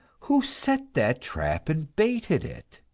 who set that trap and baited it?